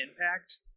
impact